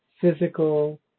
physical